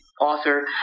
author